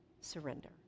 surrender